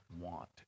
want